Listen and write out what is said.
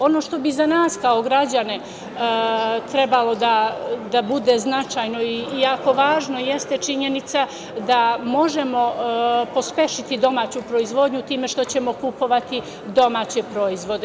Ono što bi za nas kao građane trebalo da bude značajno i jako važno jeste činjenica da možemo pospešiti domaću proizvodnju time što ćemo kupovati domaće proizvode.